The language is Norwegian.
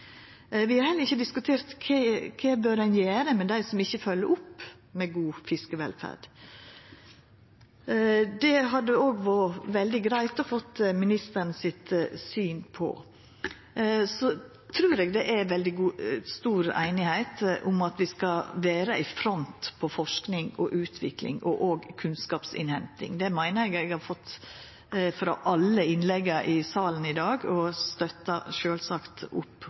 Vi har heller ikkje diskutert kva ein bør gjera med dei som ikkje følgjer opp god fiskevelferd. Det hadde òg vore veldig greitt å få ministeren sitt syn på. Eg trur det er veldig stor einigheit om at vi skal vera i front innan forsking og utvikling – og òg med å innhenta kunnskap. Det meiner eg eg har høyrt frå alle innlegga i saken i dag, og eg støttar sjølvsagt opp